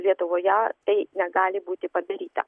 lietuvoje tai negali būti padaryta